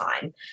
time